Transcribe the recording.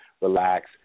relax